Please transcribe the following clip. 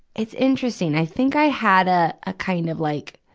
it's interesting, i think i had a, a kind of like,